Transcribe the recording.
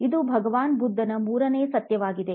ಇದು ಭಗವಾನ್ ಬುದ್ಧನ ಮೂರನೆಯ ಸತ್ಯವಾಗಿದೆ